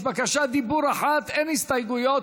יש בקשת דיבור אחת, ואין הסתייגויות.